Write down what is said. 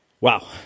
Wow